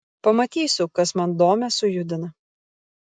pamatysiu kas man domę sujudina